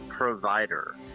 provider